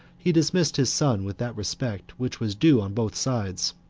he dismissed his son with that respect which was due on both sides